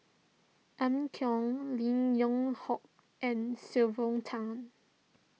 Amy Khor Lim Yew Hock and Sylvia Tan